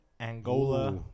Angola